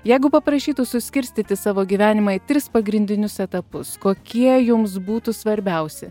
jeigu paprašytų suskirstyti savo gyvenimą į tris pagrindinius etapus kokie jums būtų svarbiausi